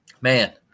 Man